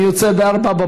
אני יוצא ב-04:00,